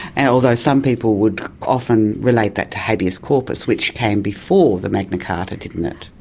and although some people would often relate that to habeas corpus, which came before the magna carta, didn't it.